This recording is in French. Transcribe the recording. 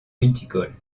viticole